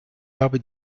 habe